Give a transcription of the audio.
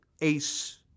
Ace